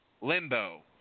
limbo